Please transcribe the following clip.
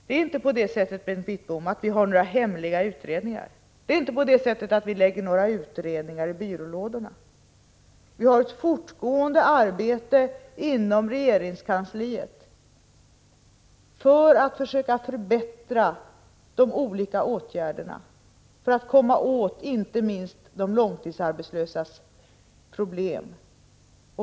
Det är inte så, Bengt Wittbom, att vi har några hemliga utredningar. Vi lägger inte några utredningar i byrålådorna. Vi har ett fortgående arbete inom regeringskansliet för att försöka förbättra de olika åtgärderna och för att komma åt inte minst de långtidsarbetslösas problem.